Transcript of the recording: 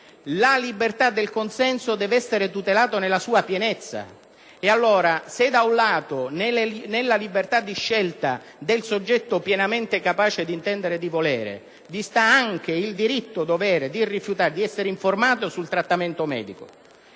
La libertà del consenso deve essere tutelata nella sua pienezza. Nella libertà di scelta del soggetto pienamente capace di intendere e di volere, vi è anche il diritto - dovere di essere informato sul trattamento medico